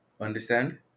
Understand